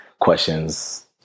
questions